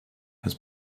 has